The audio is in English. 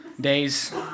days